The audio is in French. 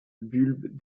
bulbes